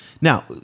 Now